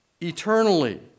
eternally